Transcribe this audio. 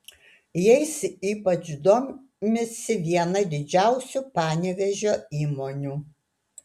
jais ypač domisi viena didžiausių panevėžio įmonių